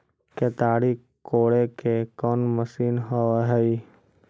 केताड़ी कोड़े के कोन मशीन होब हइ?